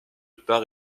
part